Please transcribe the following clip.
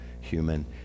human